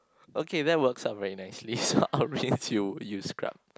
okay that works out are very nicely so I'll rinse you you scrub